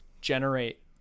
generate